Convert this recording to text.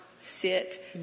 Sit